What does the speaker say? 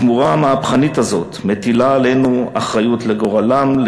התמורה המהפכנית הזאת מטילה עלינו אחריות לגורלם,